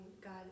God